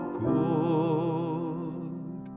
good